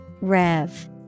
Rev